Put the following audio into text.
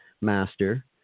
master